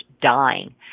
dying